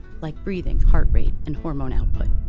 like breathing, heart rate, and hormone output.